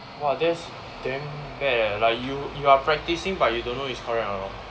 !wah! that's damn bad leh you you are practising but you don't know is correct or wrong